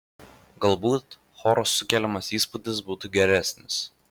galbūt choro sukeliamas įspūdis būtų geresnis